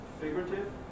figurative